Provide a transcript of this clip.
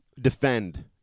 defend